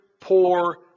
poor